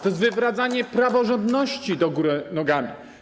To jest wywracanie praworządności do góry nogami.